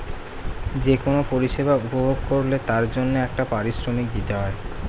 যে কোন পরিষেবা উপভোগ করলে তার জন্যে একটা পারিশ্রমিক দিতে হয়